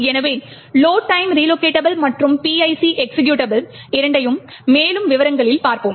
எனவே load time relocatable மற்றும் PIC executable இரண்டையும் மேலும் விவரங்களில் பார்ப்போம்